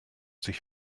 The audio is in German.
sich